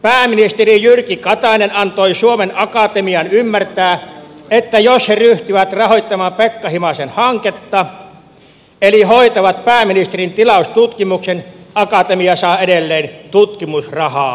pääministeri jyrki katainen antoi suomen akatemian ymmärtää että jos he ryhtyvät rahoittamaan pekka himasen hanketta eli hoitavat pääministerin ti laustutkimuksen akatemia saa edelleen tutkimusrahaa valtiolta